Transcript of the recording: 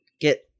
get